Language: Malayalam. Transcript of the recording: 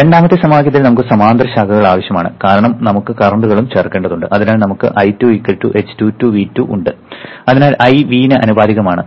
രണ്ടാമത്തെ സമവാക്യത്തിന് നമുക്ക് സമാന്തര ശാഖകൾ ആവശ്യമാണ് കാരണം നമുക്ക് കറന്റ്കളും ചേർക്കേണ്ടതുണ്ട് അതിനാൽ നമുക്ക് I2 h22 V2 ഉണ്ട് അതിനാൽ I V ന് ആനുപാതികമാണ്